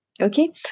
okay